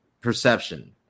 perception